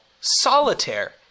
Solitaire